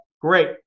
Great